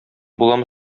буламы